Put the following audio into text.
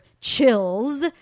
chills